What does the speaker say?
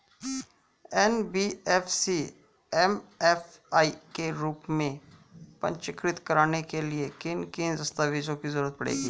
NBFC MFI के रूप में पंजीकृत कराने के लिए किन किन दस्तावेजों की जरूरत पड़ेगी?